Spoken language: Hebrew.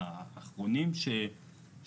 היינו האחרונים שזוהו,